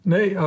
Nee